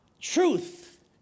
truth